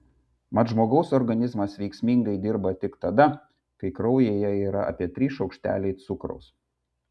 mat žmogaus organizmas veiksmingai dirba tik tada kai kraujyje yra apie trys šaukšteliai cukraus